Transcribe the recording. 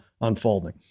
unfolding